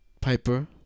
Piper